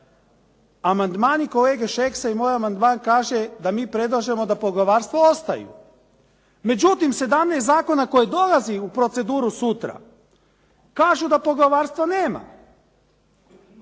Amandmani kolege Šeksa i moj amandman kaže da mi predlažemo da poglavarstva ostaju. Međutim, 17 zakona koji dolazi u proceduru sutra kažu da poglavarstva nema,